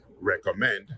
recommend